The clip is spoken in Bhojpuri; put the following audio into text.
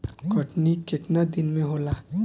कटनी केतना दिन मे होला?